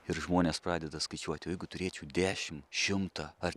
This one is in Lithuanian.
ir žmonės pradeda skaičiuoti o jeigu turėčiau dešim šimtą ar